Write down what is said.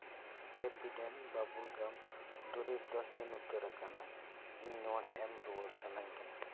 Happydent ᱵᱟᱵᱩᱞ ᱜᱟᱢ ᱫᱩᱨᱤᱵᱽ ᱫᱚ ᱦᱟᱹᱱ ᱩᱛᱟᱹᱨᱟᱠᱟᱱᱟ ᱤᱧ ᱱᱚᱣᱟ ᱮᱢ ᱨᱩᱣᱟᱹᱲ ᱥᱟᱱᱟᱧ ᱠᱟᱱᱟ